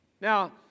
Now